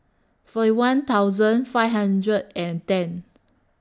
forty one thousand five hundred and ten